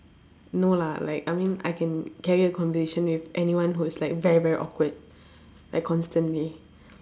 no lah like I mean I can carry a conversation with anyone who is like very very awkward like constantly